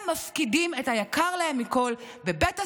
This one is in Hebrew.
הם מפקידים את היקר להם מכול בבית הספר,